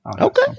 Okay